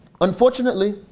Unfortunately